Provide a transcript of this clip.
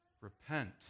repent